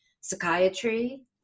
psychiatry